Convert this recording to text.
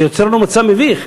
זה יוצר לנו מצב מביך,